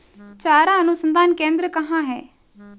चारा अनुसंधान केंद्र कहाँ है?